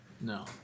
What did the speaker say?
No